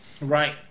Right